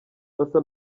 basa